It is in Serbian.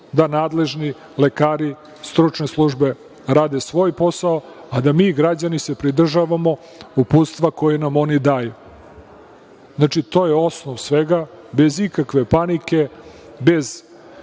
da nadležni lekari, stručne službe rade svoj posao, a da mi građani se pridržavamo uputstva koja nam oni daju. Znači, to je osnov svega, bez ikakve panike, bez